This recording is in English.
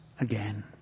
again